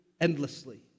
endlessly